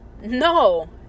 No